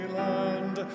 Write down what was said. land